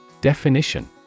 Definition